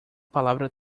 palavra